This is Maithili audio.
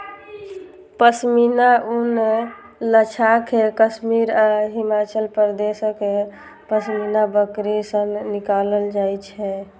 पश्मीना ऊन लद्दाख, कश्मीर आ हिमाचल प्रदेशक पश्मीना बकरी सं निकालल जाइ छै